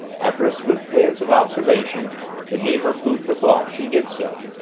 after a swift glance of observation that gave her food for thought she did so.